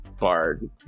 bard